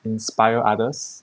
inspire others